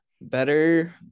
better